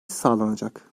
sağlanacak